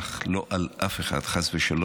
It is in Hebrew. ברצח על אף אחד, חס ושלום.